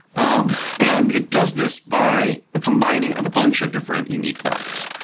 um and it does this by combining a bunch of different unique facts.